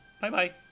bye-bye